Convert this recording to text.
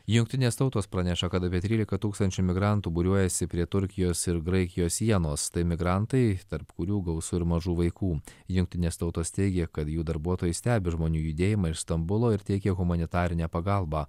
jungtinės tautos praneša kad apie trylika tūkstančių migrantų būriuojasi prie turkijos ir graikijos sienos tai migrantai tarp kurių gausu ir mažų vaikų jungtinės tautos teigia kad jų darbuotojai stebi žmonių judėjimą iš stambulo ir teikia humanitarinę pagalbą